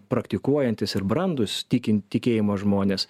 praktikuojantys ir brandūs tikin tikėjimo žmonės